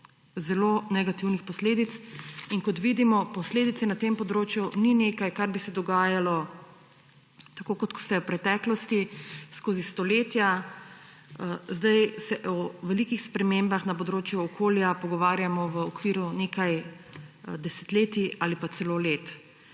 zelo negativnih posledic. In kot vidimo, posledice na tem področju niso nekaj, kar bi se dogajalo, tako kot se je v preteklosti skozi stoletja, zdaj se o velikih spremembah na področju okolja pogovarjamo v okviru nekaj desetletij ali pa celo let.